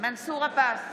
מנסור עבאס,